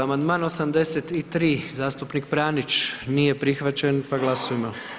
Amandman 83. zastupnik Pranić nije prihvaćen, pa glasujmo.